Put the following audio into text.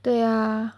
对呀